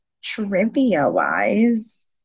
trivia-wise